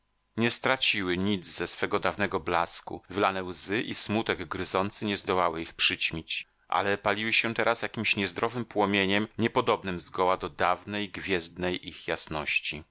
nie straciły nic ze swego dawnego blasku wylane łzy i smutek gryzący nie zdołały ich przyćmić ale paliły się teraz jakimś niezdrowym płomieniem niepodobnym zgoła do dawnej gwiezdnej ich jasności